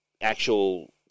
actual